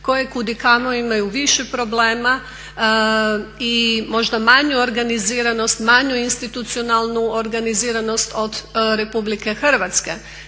koje kud i kamo imaju više problema i možda manju organiziranost, manju institucionalnu organiziranost od Republike Hrvatske.